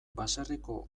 baserriko